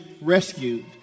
rescued